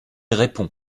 répond